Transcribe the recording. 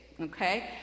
Okay